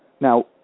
Now